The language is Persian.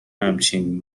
همچین